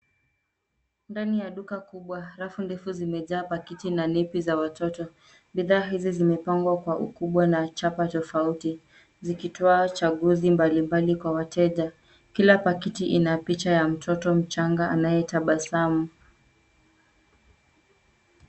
Ndani ya duka kubwa rafu ndefu zimejaa pakiti na nepi za watoto. Bidhaa hizi zimepangwa kwa ukubwa na chapa tofauti. Zikitoa chaguzi mbali mbali kwa wateja. Kila pakini ina picha ya mtoto mchanga anayetabasamu.